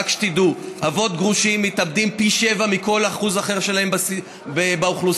רק שתדעו: אבות גרושים מתאבדים פי שבעה מהאחוז שלהם באוכלוסייה.